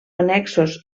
annexos